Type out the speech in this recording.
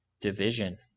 division